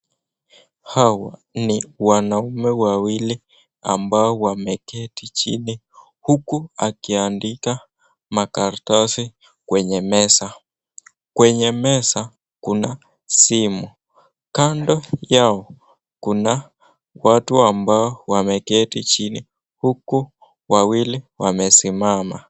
Hawa ni wanaume wawili ambao wameketi chini huku aliandika makaratasi kwenye meza, kwenye meza kuna simu, kando yao kuna watu ambao wameketi chini huku wawili wamesimama.